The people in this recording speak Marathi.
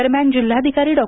दरम्यान जिल्हाधिकारी डॉ